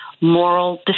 moral